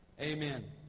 Amen